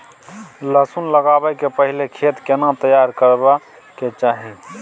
लहसुन लगाबै के पहिले खेत केना तैयार करबा के चाही?